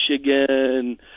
Michigan